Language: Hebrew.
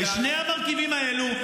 שני המרכיבים האלה,